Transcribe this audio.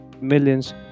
millions